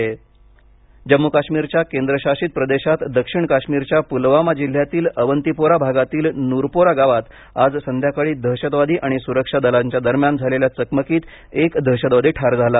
दहशतवादी जम्मू काश्मीरच्या केंद्रशासित प्रदेशात दक्षिण काश्मीरच्या पुलवामा जिल्ह्यातील अवंतीपोरा भागातील नूरपोरा गावात आज संध्याकाळी दहशतवादी आणि सुरक्षा दलाच्या दरम्यान झालेल्या चकमकीत एक दहशतवादी ठार झाला